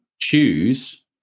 choose